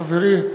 חברי,